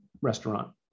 restaurant